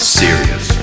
serious